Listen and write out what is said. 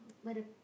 but the